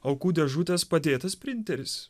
aukų dėžutės padėtas printeris